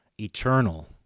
eternal